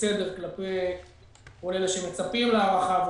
בסדר כלפי כל אלה שמצפים להארכה הזאת,